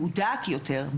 מהודק יותר,